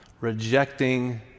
rejecting